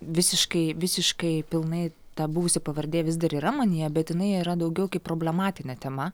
visiškai visiškai pilnai ta buvusi pavardė vis dar yra manyje bet jinai yra daugiau kaip problematinė tema